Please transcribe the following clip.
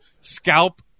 scalp